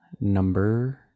number